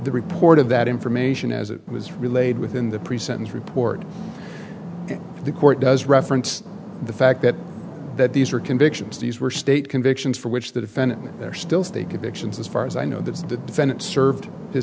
the report of that information as it was relayed within the pre sentence report and the court does reference the fact that that these are convictions these were state convictions for which the defendant they're still state convictions as far as i know that the defendant served